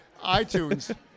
iTunes